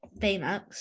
Baymax